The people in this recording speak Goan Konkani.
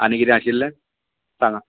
आनी कितें आशिल्लें सांगां